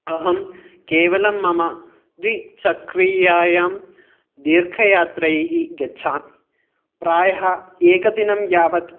अहं केवलं मम द्विचक्रीयायां दीर्घयात्रैः गच्छामि प्रायः एकदिनं यावत्